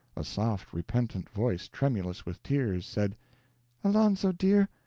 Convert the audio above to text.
a soft, repentant voice, tremulous with tears, said alonzo, dear,